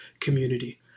community